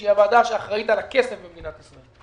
שהיא הוועדה שאחראית על הכסף במדינת ישראל.